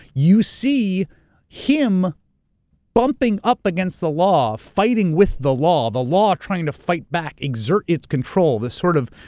you see him bumping up the against the law, fighting with the law, the law trying to fight back. exert its control, the sort of